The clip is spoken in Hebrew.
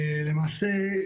למעשה,